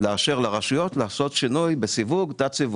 זה לאשר לרשויות לעשות שינוי בתת-סיווג.